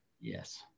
Yes